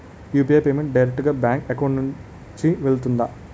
UPI payment direct గా bank account నుంచి వెళ్తుందా?